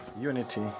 unity